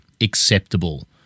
acceptable